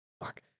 fuck